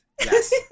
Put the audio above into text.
yes